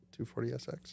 240SX